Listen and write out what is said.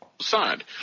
signed